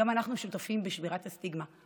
גם אנחנו שותפים בשבירת הסטיגמה.